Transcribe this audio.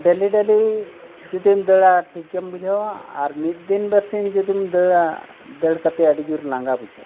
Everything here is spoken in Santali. ᱰᱮᱞᱤ ᱰᱮᱞᱤ ᱡᱩᱫᱤᱢ ᱫᱟᱹᱲᱟ ᱴᱷᱤᱠ ᱜᱮᱢ ᱵᱩᱡᱷᱟᱹᱣᱟ ᱟᱨ ᱢᱤᱫ ᱫᱤᱱ ᱵᱟᱨᱥᱤᱧ ᱡᱩᱫᱤᱢ ᱫᱟᱹᱲᱟ ᱫᱟᱹᱲ ᱠᱟᱛᱮ ᱟᱹᱰᱤᱜᱮ ᱞᱟᱸᱜᱟ ᱵᱩᱡᱷᱟᱹᱜᱼᱟ